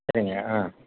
சரிங்க ஆ